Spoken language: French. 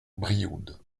brioude